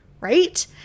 right